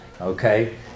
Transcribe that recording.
okay